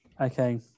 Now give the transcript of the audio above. Okay